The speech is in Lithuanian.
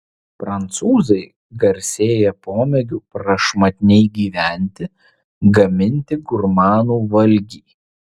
prancūzai garsėja pomėgiu prašmatniai gyventi gaminti gurmanų valgį